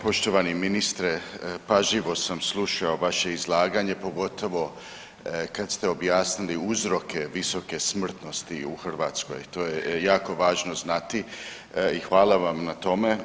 Poštovani ministre, pažljivo sam slušao vaše izlaganje, pogotovo kad ste objasnili uzroke visoke smrtnosti u Hrvatskoj, to je jako važno znati i hvala vam na tome.